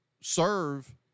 serve